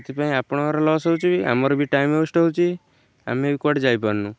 ସେଥିପାଇଁ ଆପଣଙ୍କର ଲସ୍ ହେଉଛି ବି ଆମର ବି ଟାଇମ୍ ୱେଷ୍ଟ୍ ହେଉଛି ଆମେ ବି କୁଆଡ଼େ ଯାଇପାରୁନୁ